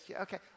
okay